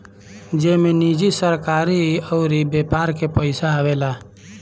जेमे निजी, सरकारी अउर व्यापार के पइसा आवेला